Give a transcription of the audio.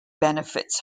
benefits